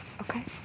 Okay